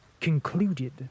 concluded